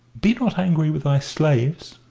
be not angry with thy slaves!